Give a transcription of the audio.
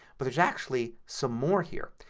but there's actually some more here.